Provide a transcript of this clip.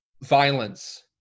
violence